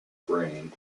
brain